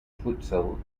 futsal